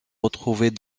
retrouvés